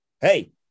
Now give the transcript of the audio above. hey